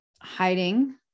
hiding